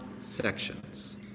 sections